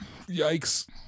yikes